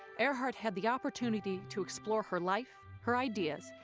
earhart had the opportunity to explore her life, her ideas,